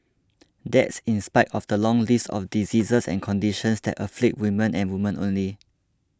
that's in spite of the long list of diseases and conditions that afflict women and women only